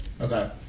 Okay